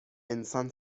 انسان